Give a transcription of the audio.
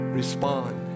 respond